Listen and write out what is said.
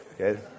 Okay